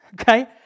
Okay